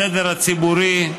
הסדר הציבורי.